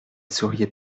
souriait